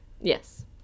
yes